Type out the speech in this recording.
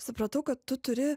supratau kad tu turi